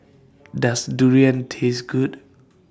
Does Durian Taste Good